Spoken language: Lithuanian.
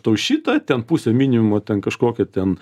tau šitą ten pusę minimumo ten kažkokią ten